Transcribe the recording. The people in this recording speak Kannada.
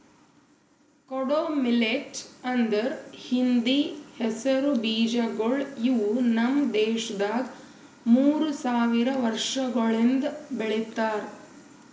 ಕೊಡೋ ಮಿಲ್ಲೆಟ್ ಅಂದುರ್ ಹಿಂದಿ ಹೆಸರು ಬೀಜಗೊಳ್ ಇವು ನಮ್ ದೇಶದಾಗ್ ಮೂರು ಸಾವಿರ ವರ್ಷಗೊಳಿಂದ್ ಬೆಳಿಲಿತ್ತಾರ್